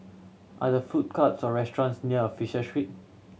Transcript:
are there food courts or restaurants near Fisher Street